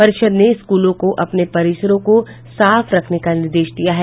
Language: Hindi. परिषद ने स्कूलों को अपने परिसरों को भी साफ रखने का निर्देश दिया है